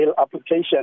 application